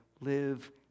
live